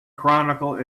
chronicle